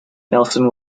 nelson